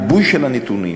ריבוי הנתונים